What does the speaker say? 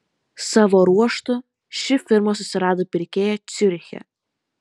savo ruožtu ši firma susirado pirkėją ciuriche